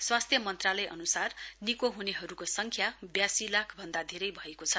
स्वास्थ्य मन्त्रालय अनुसार निको हुनेहरुको संख्या वयासी लाख भन्दा धेरै भएको छ